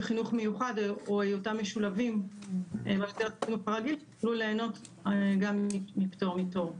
חינוך מיוחד או היותם משולבים בחינוך הרגיל יוכלו ליהנות גם מפטור מתור.